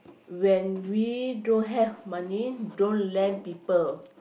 when we don't have money don't lend people